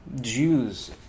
Jews